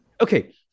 okay